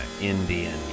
Indian